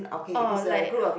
orh like